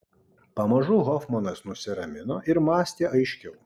pamažu hofmanas nusiramino ir mąstė aiškiau